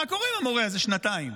מה קורה עם המורה הזה שנתיים?